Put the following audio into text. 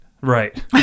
Right